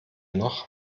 noch